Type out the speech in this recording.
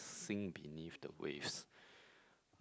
sing beneath the waves